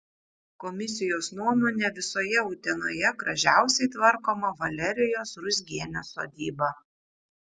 komisijos nuomone visoje utenoje gražiausiai tvarkoma valerijos ruzgienės sodyba